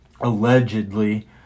allegedly